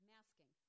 Masking